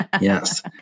Yes